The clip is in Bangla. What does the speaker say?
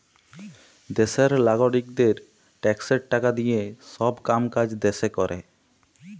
দ্যাশের লাগারিকদের ট্যাক্সের টাকা দিঁয়ে ছব কাম কাজ দ্যাশে ক্যরে